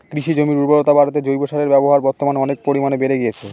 কৃষিজমির উর্বরতা বাড়াতে জৈব সারের ব্যবহার বর্তমানে অনেক পরিমানে বেড়ে গিয়েছে